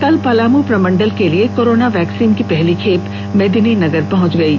कल पलामू प्रमंडल के लिए कोरोना वैक्सीन की पहली खेप मेदिनीनगर पहुंच गयी